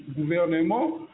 gouvernement